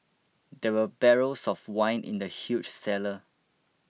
there were barrels of wine in the huge cellar